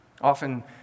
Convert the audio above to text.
Often